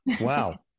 Wow